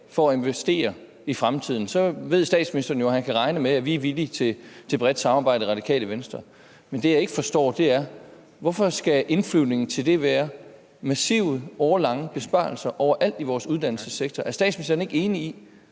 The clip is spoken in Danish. for at investere i fremtiden, så ved statsministeren jo, at han kan regne med, at vi i Radikale Venstre er villige til et bredt samarbejde. Men det, jeg ikke forstår, er, hvorfor indflyvningen til det skal være massive, årelange besparelser overalt i vores uddannelsessektor. Er statsministeren ikke enig i,